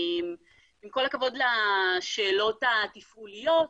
עם כל הכבוד לשאלות התפעוליות,